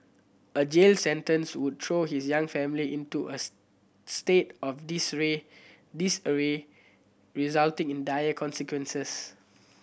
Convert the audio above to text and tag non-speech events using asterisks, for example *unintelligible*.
a jail sentence would throw his young family into a *unintelligible* state of *unintelligible* disarray resulting in dire consequences